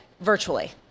virtually